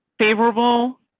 favorable